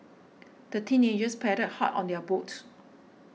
the teenagers paddled hard on their boat